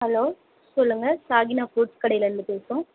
hello சொல்லுங்கள் Shahina fruits கடையிலேந்து பேசுகிறோம்